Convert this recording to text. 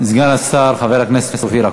תודה, חבר הכנסת יריב לוין.